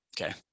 Okay